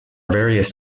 various